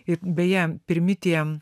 ir beje pirmi tiem